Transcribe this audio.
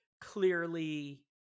clearly